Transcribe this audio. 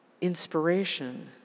inspiration